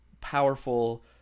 powerful